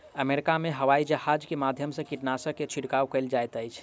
America में हवाईजहाज के माध्यम से कीटनाशक के छिड़काव कयल जाइत अछि